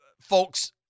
folks